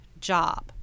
job